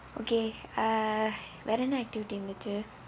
okay uh வேற என்ன:vera enna activity இருந்தச்சு:irunthuchu